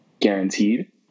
guaranteed